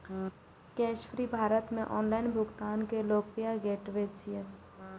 Cashfree Bharat मे online भुगतान के लोकप्रिय गेटवे छियै